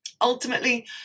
Ultimately